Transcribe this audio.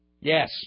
Yes